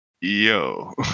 Yo